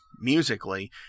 musically